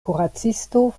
kuracisto